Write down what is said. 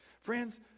friends